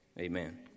Amen